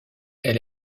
elle